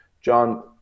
John